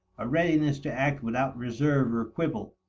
a readiness to act without reserve or quibble.